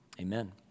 Amen